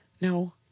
No